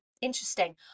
interesting